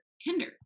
Tinder